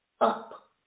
up